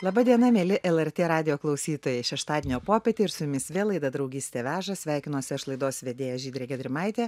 laba diena mieli lrt radijo klausytojai šeštadienio popietė ir su jumis vėl laida draugystė veža sveikinuosi aš laidos vedėja žydrė gedrimaitė